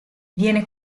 viene